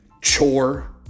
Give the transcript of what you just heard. chore